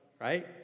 right